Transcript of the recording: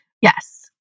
Yes